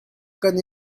kan